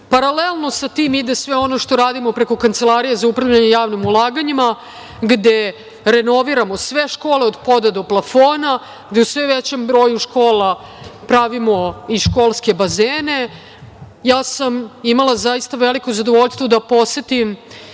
EU.Paralelno sa tim ide sve ono što radimo preko Kancelarije za upravljanje javnim ulaganjima, gde renoviramo sve škole od poda do plafona, gde u sve većem broju škola pravimo i školske bazene. Ja sam imala zaista veliko zadovoljstvo da posetim